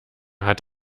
hat